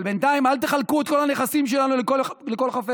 אבל בינתיים אל תחלקו את כל הנכסים שלנו לכל חפץ.